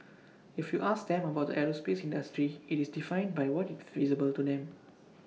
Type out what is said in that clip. if you ask them about the aerospace industry IT is defined by what is visible to them